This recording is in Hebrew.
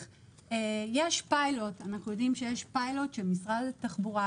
אנחנו יודעים שיש פיילוט של משרד התחבורה,